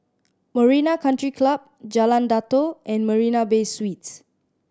Marina Country Club Jalan Datoh and Marina Bay Suites